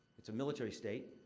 it's a military state.